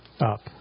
up